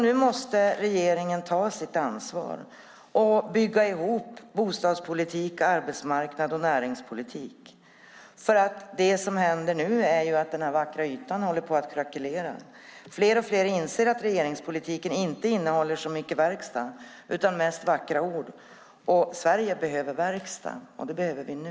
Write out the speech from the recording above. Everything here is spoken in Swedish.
Nu måste regeringen ta sitt ansvar och bygga ihop bostadspolitik, arbetsmarknadspolitik och näringspolitik. Det som händer nu är ju att den vackra ytan håller på att krackelera. Fler och fler inser att regeringspolitiken inte innehåller så mycket verkstad utan mest vackra ord. Men Sverige behöver verkstad, och det behöver vi nu!